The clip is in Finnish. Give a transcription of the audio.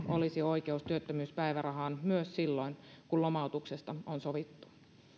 olisi oikeus työttömyyspäivärahaan myös silloin kun lomautuksesta on sovittu